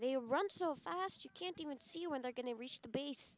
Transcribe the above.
they run so fast you can't even see you when they're going to reach the base